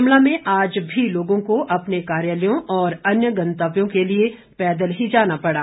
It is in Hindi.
शिमला में आज भी लोगों को अपने कार्यालयों और अन्य गंतव्यों के लिए पैदल ही जाना पड़ा